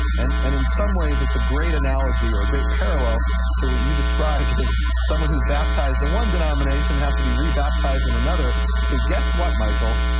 and and in some ways it's a great analogy or a great parallel to what you described as someone who's baptized in one denomination has to be re-baptized in another cause guess what, michael,